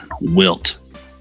Wilt